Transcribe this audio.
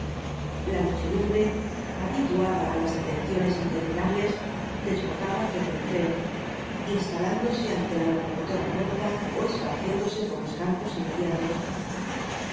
la muchedumbre habituada á las detenciones interminables desbordaba fuera del tren instalándose ante la locomotora muerta ó esparciéndose por los campos inmediatos en